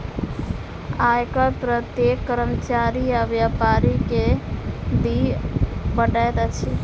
आय कर प्रत्येक कर्मचारी आ व्यापारी के दिअ पड़ैत अछि